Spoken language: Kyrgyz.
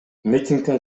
митингдин